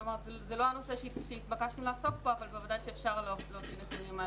זה לא נושא שהתבקשנו לעסוק בו אבל בוודאי שאפשר להוציא נתונים.